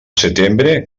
setembre